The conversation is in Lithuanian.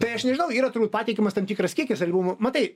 tai aš nežinau yra turbūt pateikiamas tam tikras kiekis albumų matai